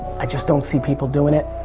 i just don't see people doing it.